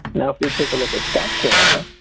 now if we take a look at south carolina,